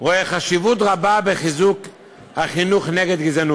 רואה חשיבות רבה בחיזוק החינוך נגד גזענות.